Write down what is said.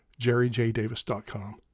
jerryjdavis.com